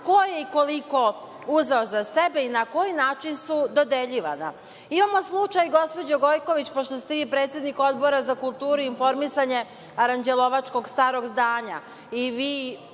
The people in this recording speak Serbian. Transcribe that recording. ko je i koliko uzeo za sebe i na koji način su dodeljivana. Imamo slučaj, gospođo Gojković, pošto ste vi predsednik Odbora za kulturu i informisanje, aranđelovačkog „Starog zdanja“,